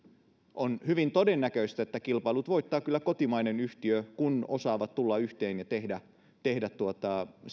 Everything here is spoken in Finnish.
on hyvin todennäköistä että kilpailutuksen voittaa kyllä kotimainen yhtiö kun ne osaavat tulla yhteen ja tehdä tehdä